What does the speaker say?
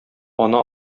ана